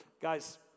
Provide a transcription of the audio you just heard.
Guys